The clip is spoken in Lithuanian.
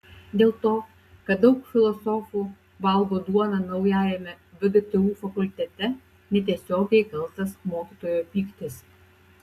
dėl to kad daug filosofų valgo duoną naujajame vgtu fakultete netiesiogiai kaltas mokytojo pyktis